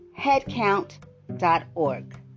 headcount.org